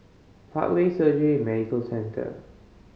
Parkway Surgery and Medical Centre